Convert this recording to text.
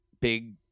Big